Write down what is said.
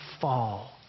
fall